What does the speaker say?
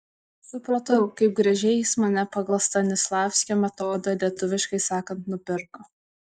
supratau kaip gražiai jis mane pagal stanislavskio metodą lietuviškai sakant nupirko